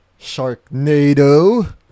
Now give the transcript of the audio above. sharknado